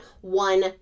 one